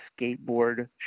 skateboard